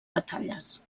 batalles